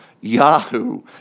Yahoo